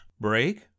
Break